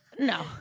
No